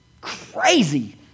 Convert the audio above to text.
crazy